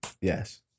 Yes